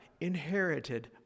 inherited